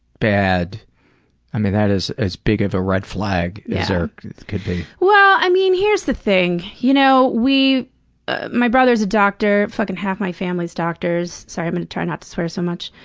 bad i mean, that is as big of a red flag as there could be. well, i mean, here's the thing. you know we ah my brother's a doctor, fuckin' half my family's doctors sorry, i'm and trying not to swear so much.